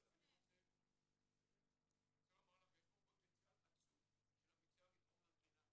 אני רוצה לומר לכם שיש פה פוטנציאל עצום של המגזר לתרום למדינה,